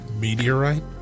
Meteorite